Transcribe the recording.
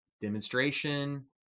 demonstration